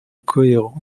cohérent